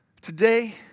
today